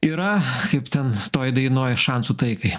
yra kaip ten toj dainoj šansų taikai